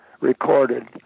recorded